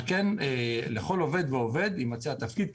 על כן, לכל עובד ועובד יימצא התפקיד.